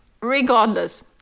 regardless